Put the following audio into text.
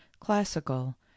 classical